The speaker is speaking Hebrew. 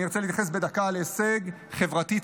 אני ארצה להתייחס בדקה להישג חברתי,